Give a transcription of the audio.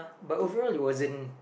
but overall it wasn't